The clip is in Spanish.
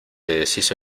deshizo